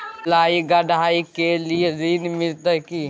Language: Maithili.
सिलाई, कढ़ाई के लिए ऋण मिलते की?